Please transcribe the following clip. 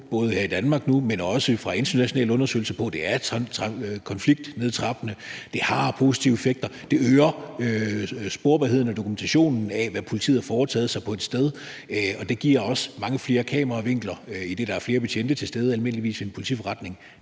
både her i Danmark nu, men også i internationale undersøgelser – at det er konfliktnedtrappende, det har positive effekter, det øger sporbarheden og dokumentationen af, hvad politiet har foretaget sig på et sted. Og det giver også mange flere kameravinkler, idet der almindeligvis er flere betjente til stede ved en politiforretning.